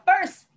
First